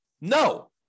No